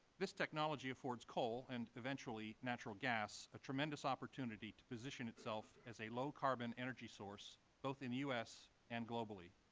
this technology affords coal and eventually natural gas a tremendous opportunity to position itself as a low carbon energy source both in the u s. and globally.